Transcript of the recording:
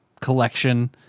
collection